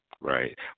Right